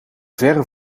verre